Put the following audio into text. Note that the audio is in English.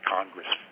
Congress